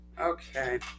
Okay